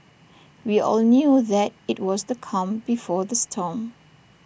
we all knew that IT was the calm before the storm